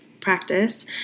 practice